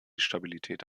stabilität